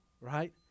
right